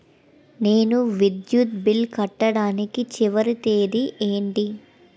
నేను విద్యుత్ బిల్లు కట్టడానికి చివరి తేదీ ఏంటి?